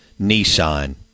Nissan